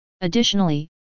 Additionally